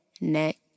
neck